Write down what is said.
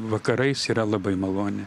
vakarais yra labai maloni